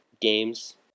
games